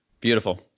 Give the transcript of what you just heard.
Beautiful